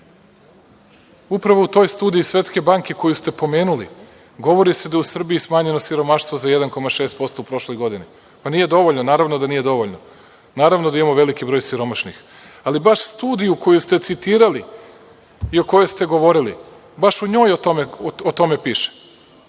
upravo u toj studiji Svetske banke koju ste pomenuli govori se da je u Srbiji smanjeno siromaštvo za 1,6% u prošloj godini. Pa nije dovoljno, naravno da nije dovoljno. Naravno da imamo veliki broj siromašnih, ali baš studiju koju ste citirali i o kojoj ste govorili, baš u njoj o tome piše,